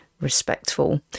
respectful